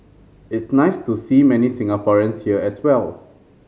it's nice to see many Singaporeans here as well